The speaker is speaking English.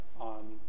on